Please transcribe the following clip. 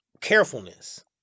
carefulness